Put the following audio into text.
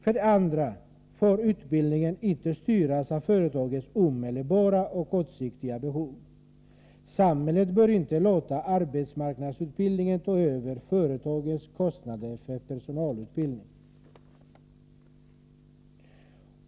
För det andra får utbildningen inte styras av företagens omedelbara och kortsiktiga behov. Samhället bör inte låta arbetsmarknadsutbildningen ta över företagens kostnader för personalutbildning.